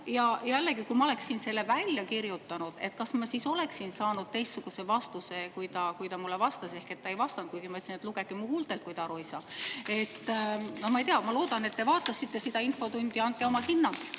ja jällegi, kui ma oleksin selle välja kirjutanud, kas ma siis oleksin saanud teistsuguse vastuse, kui ta mulle vastas? Ehk siis ta ei vastanud, kuigi ma ütlesin, et lugege mu huultelt, kui te aru ei saa. Ma ei tea, ma loodan, et te vaatasite seda infotundi. Andke oma hinnang!